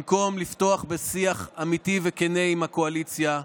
במקום לפתוח בשיח אמיתי וכן עם הקואליציה,